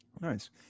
Nice